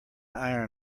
iron